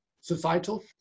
societal